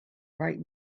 bright